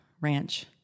Ranch